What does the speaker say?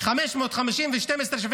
החלטות 550 ו-1279.